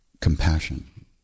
compassion